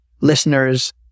listeners